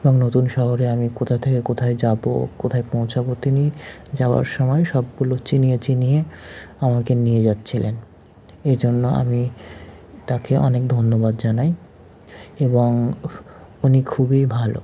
এবং নতুন শহরে আমি কোথা থেকে কোথায় যাব কোথায় পৌঁছাব তিনি যাওয়ার সময় সবগুলো চিনিয়ে চিনিয়ে আমাকে নিয়ে যাচ্ছিলেন এজন্য আমি তাকে অনেক ধন্যবাদ জানাই এবং উনি খুবই ভালো